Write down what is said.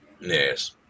Yes